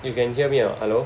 you can hear me out hello